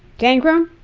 jane groom,